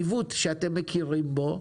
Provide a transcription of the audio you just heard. עיוות שאתם מכירים בו,